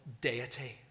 deity